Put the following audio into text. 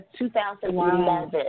2011